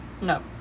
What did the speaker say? no